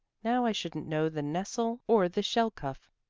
now i shouldn't know the nestle or the shelcuff,